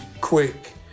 quick